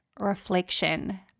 Reflection